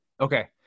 okay